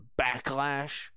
backlash